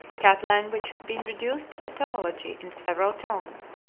cat language has been reduced to etymology in several tongues.